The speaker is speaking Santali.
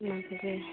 ᱚᱱᱟ ᱠᱚᱜᱮ